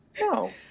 No